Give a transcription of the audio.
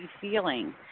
feeling